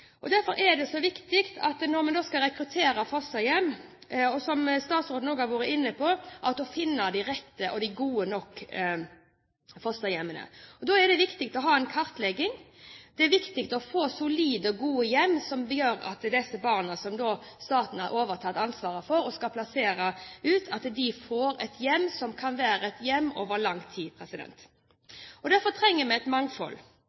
Derfor er det – som statsråden også har vært inne på – så viktig når vi nå skal rekruttere fosterhjem, å finne de rette og de gode nok fosterhjemmene. Da er det viktig å ha en kartlegging. Det er viktig å få solide og gode hjem som gjør at disse barna som staten har overtatt ansvaret for og skal plassere ut, får et hjem som kan være et hjem over lang tid. Derfor trenger vi et mangfold.